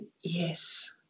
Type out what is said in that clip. yes